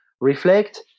reflect